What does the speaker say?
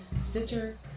stitcher